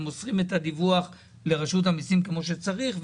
מוסר את הדיווח לרשות המיסים כמו שצריך.